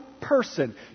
person